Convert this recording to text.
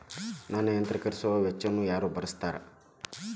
ನನ್ನ ಯಂತ್ರ ಖರೇದಿಸುವ ವೆಚ್ಚವನ್ನು ಯಾರ ಭರ್ಸತಾರ್?